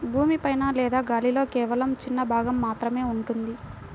భూమి పైన లేదా గాలిలో కేవలం చిన్న భాగం మాత్రమే ఉంటుంది